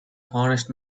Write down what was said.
honest